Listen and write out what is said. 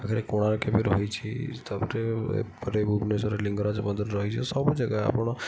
ପାଖରେ କୋଣାର୍କ ବି ରହିଛି ତାପରେ ପରେ ଭୁବନେଶ୍ୱରର ଲିଙ୍ଗରାଜ ମନ୍ଦିର ରହିଛି ସବୁ ଜାଗା ଆପଣ